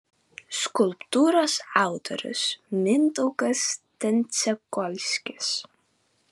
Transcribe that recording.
skulptūros autorius mindaugas tendziagolskis